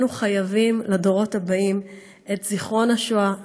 אנו חייבים לדורות הבאים את זיכרון השואה,